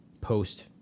post